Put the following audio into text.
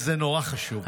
זה נורא חשוב.